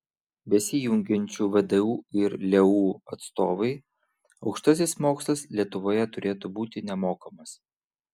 besijungiančių vdu ir leu atstovai aukštasis mokslas lietuvoje turėtų būti nemokamas